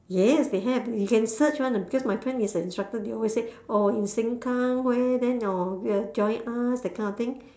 yes they have you can search [one] because my friend is an instructor they always say oh in sengkang where then orh will join us that kind of things